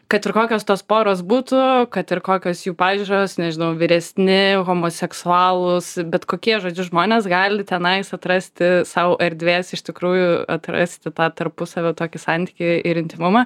kad ir kokios tos poros būtų kad ir kokios jų pažiūros nežinau vyresni homoseksualūs bet kokie žodžiu žmonės gali tenais atrasti sau erdvės iš tikrųjų atrasti tą tarpusavio tokį santykį ir intymumą